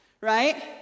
right